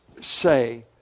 say